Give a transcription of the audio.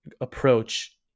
approach